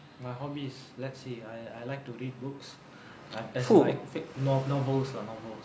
my hobbies let's see I I like to read books as in like fake nor~ novels lah